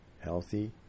healthy